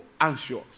anxious